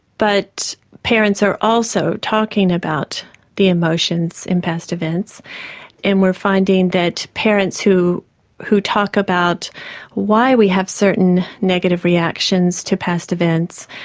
but parents are also talking about the emotions in past events and we're finding that parents who talk talk about why we have certain negative reactions to past events,